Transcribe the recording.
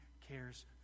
cares